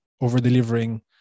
over-delivering